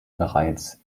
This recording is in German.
bereits